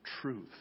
truth